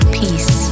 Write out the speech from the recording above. peace